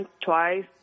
twice